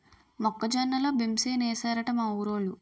మొక్క జొన్న లో బెంసేనేశారట మా ఊరోలు